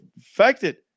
affected